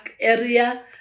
area